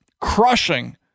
crushing